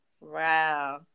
Wow